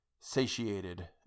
satiated